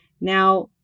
Now